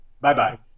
bye-bye